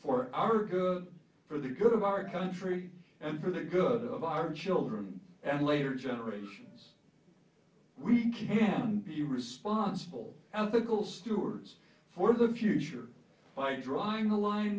for our good for the good of our country and for the good of our children and later generations we can be responsible out pickle stewards for the future by drawing a line